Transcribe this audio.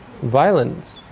violence